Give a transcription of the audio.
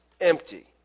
empty